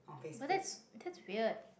but that's that's weird